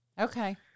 Okay